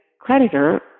creditor